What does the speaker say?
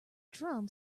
drum